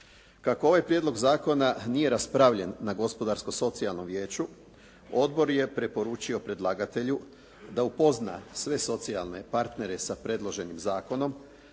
Kako ovaj prijedlog zakona nije raspravljen na gospodarsko socijalnom vijeću, odbor je preporučio predlagatelju da upozna sve socijalne partnere sa predloženim zakonom,